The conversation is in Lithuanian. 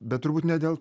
bet turbūt ne dėl to